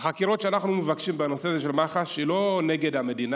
החקירות שאנחנו מבקשים בנושא הזה של מח"ש הן לא נגד המדינה,